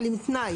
אבל עם תנאי.